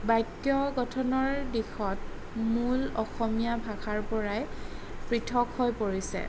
বাক্য গঠনৰ দিশত মূল অসমীয়া ভাষাৰ পৰাই পৃথক হৈ পৰিছে